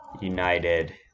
United